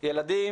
ילדים